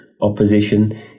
opposition